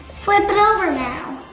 flip it over now!